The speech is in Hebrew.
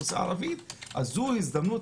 הזדמנויות